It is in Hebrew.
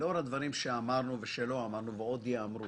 לאור הדברים שאמרנו, לא אמרנו ועוד ייאמרו